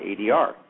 ADR